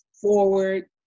forward